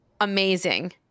amazing